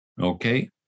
Okay